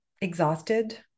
exhausted